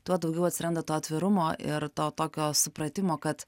tuo daugiau atsiranda to atvirumo ir to tokio supratimo kad